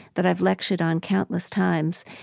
that i've lectured on countless times,